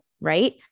right